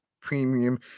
premium